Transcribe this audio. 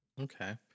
okay